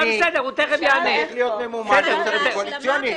צריך להיות ממומן בהסכם קואליציוני?